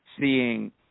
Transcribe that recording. seeing